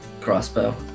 Crossbow